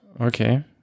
Okay